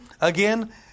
again